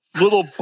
little